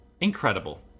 incredible